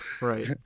right